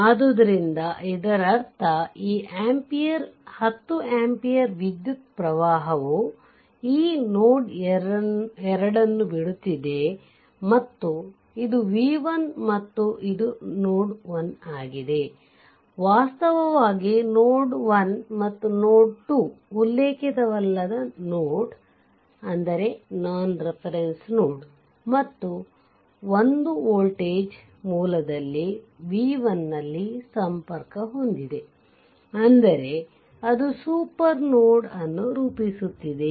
ಆದ್ದರಿಂದ ಇದರರ್ಥ ಈ 10 ಆಂಪಿಯರ ವಿದ್ಯುತ್ ಪ್ರವಾಹವು ಈ ನೋಡ್ 2 ನ್ನು ಬಿಡುತ್ತಿದೆ ಮತ್ತು ಇದು v1 ಮತ್ತು ಇದು ನೋಡ್ 1 ಆಗಿದೆ ವಾಸ್ತವವಾಗಿ ನೋಡ್ 1 ಮತ್ತು ನೋಡ್ 2 ಉಲ್ಲೇಖಿತವಲ್ಲದ ನೋಡ್ ಮತ್ತು 1 ವೋಲ್ಟೇಜ್ ಮೂಲದಲ್ಲಿ v1 ನಲ್ಲಿ ಸಂಪರ್ಕ ಹೊಂದಿದೆ ಅಂದರೆ ಅದು ಸೂಪರ್ ನೋಡ್ ಅನ್ನು ರೂಪಿಸುತ್ತಿದೆ